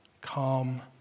calm